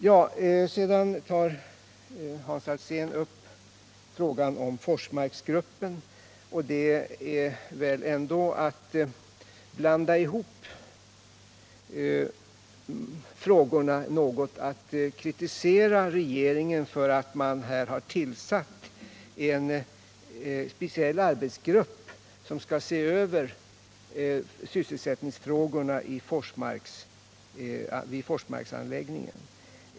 Hans Alsén tog också upp frågan om Forsmarksgruppen, men han blandar ändå ihop frågorna något när han kritiserar regeringen för att den i det här fallet har tillsatt en speciell arbetsgrupp som skall se över sysselsättningsfrågorna vid Forsmarksanläggningen.